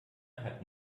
hat